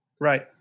Right